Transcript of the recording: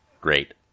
Great